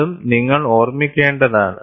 അതും നിങ്ങൾ ഓർമ്മിക്കേണ്ടതാണ്